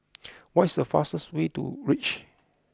what is the fastest way to reach